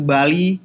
Bali